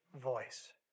voice